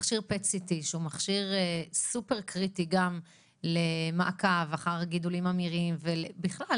מכשיר PET CT שהוא מאוד קריטי למעקב אחר גידולים ממאירים ובכלל,